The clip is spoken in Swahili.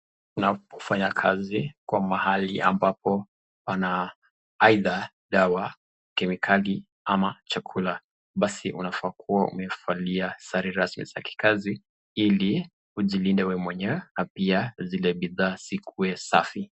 Unapofanya kazi kwa mahali ambapo pana aidha dawa, kemikali ama chakula, basi unafaa kuwa umevalia sare rasmi za kikazi ili ujilinde wewe mwenyewe na pia zile bidhaa zikuwe safi.